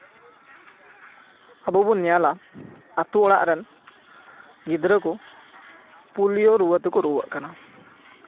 ᱟᱵᱚ ᱵᱚᱱ ᱧᱮᱞᱟ ᱟᱛᱳ ᱚᱲᱟᱜ ᱨᱮᱱ ᱜᱤᱫᱽᱨᱟᱹ ᱠᱚ ᱯᱳᱞᱤᱭᱳ ᱨᱩᱣᱟᱹ ᱛᱮᱠᱚ ᱨᱩᱣᱟᱹᱜ ᱠᱟᱱᱟ